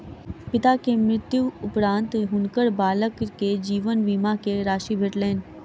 पिता के मृत्यु उपरान्त हुनकर बालक के जीवन बीमा के राशि भेटलैन